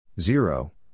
Zero